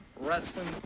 wrestling